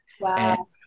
Wow